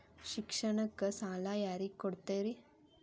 ಶಿಕ್ಷಣಕ್ಕ ಸಾಲ ಯಾರಿಗೆ ಕೊಡ್ತೇರಿ?